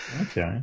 Okay